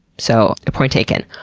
so, point taken.